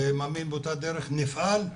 מאמין בדרך הזאת ונפעל,